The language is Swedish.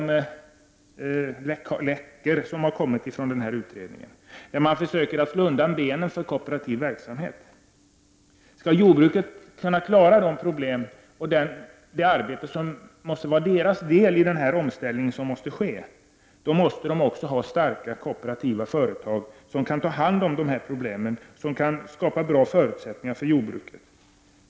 Man för = Prot. 1989/90:63 söker att slå undan benen på kooperativ verksamhet. Om jordbruket skall — 8 februari 1990 kunna klara de problem och det arbete som måste vara deras del i den omställning som måste ske, måste jordbruket ha starka kooperativa företag som kan ta hand om problemen och skapa bra förutsättningar för jordbruket.